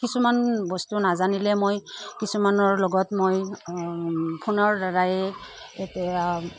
কিছুমান বস্তু নাজানিলে মই কিছুমানৰ লগত মই ফোনৰদ্বাৰাই এতিয়া